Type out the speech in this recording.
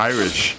Irish